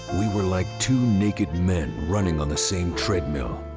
we were like two naked men running on the same treadmill.